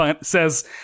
says